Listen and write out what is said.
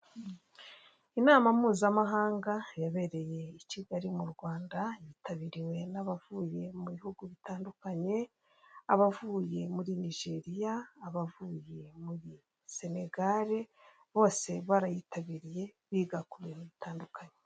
Inama mpuzamahanga yabereye i kigali mu Rwanda, yitabiriwe n'abavuye mu bihugu bitandukanye, abavuye muri nigeriya, abavuye muri senegare, bose barayitabiriye, biga ku bintu bitandukanye.